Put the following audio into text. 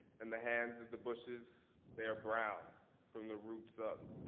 and the hands of the bushes, they are brown from the roots up.